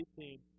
18